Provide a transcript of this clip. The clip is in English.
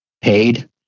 paid